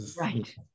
right